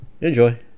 enjoy